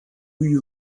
you